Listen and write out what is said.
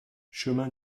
chemin